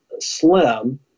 Slim